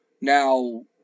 now